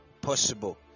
possible